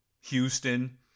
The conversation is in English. Houston